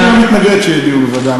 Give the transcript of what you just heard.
אני לא מתנגד לדיון בוועדה.